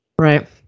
Right